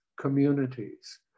communities